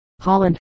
Holland